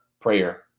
Prayer